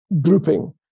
grouping